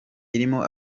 irimo